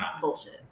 Bullshit